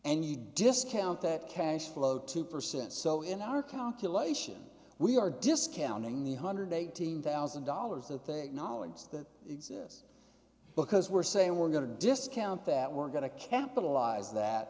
any discount that cash flow two percent so in our calculation we are discounting the one hundred and eighteen thousand dollars that they acknowledge that exist because we're saying we're going to discount that we're going to capitalize that